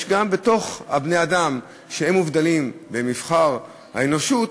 יש גם בתוך בני-האדם שמובדלים במבחר האנושות,